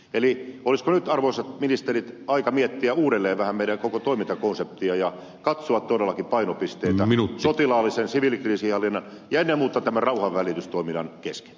eli olisiko nyt arvoisat ministerit aika miettiä uudelleen vähän meidän koko toimintakonseptiamme ja katsoa todellakin painopisteitä sotilaallisen siviilikriisinhallinnan ja ennen muuta tämän rauhanvälitystoiminnan kesken